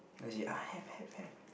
then she ah have have have